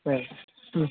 சரி ம்